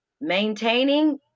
maintaining